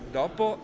dopo